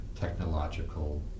technological